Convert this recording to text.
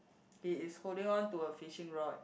he is holding on to a fishing rod